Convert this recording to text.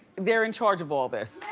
they're in charge of all this.